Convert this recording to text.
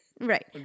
Right